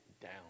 down